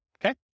okay